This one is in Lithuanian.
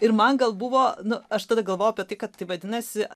ir man gal buvo na aš tada galvojau apie tai kad taip vadinasi